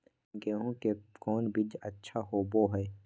गेंहू के कौन बीज अच्छा होबो हाय?